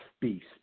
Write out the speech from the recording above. beast